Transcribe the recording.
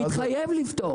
אני מתחייב אישית לפתור.